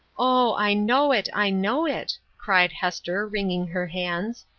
oh, i know it, i know it, cried hester, wringing her hands,